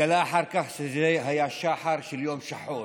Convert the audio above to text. והתגלה אחר כך שזה היה שחר של יום שחור.